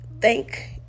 thank